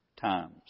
times